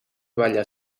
balla